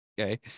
Okay